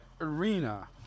Arena